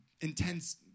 intense